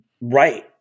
Right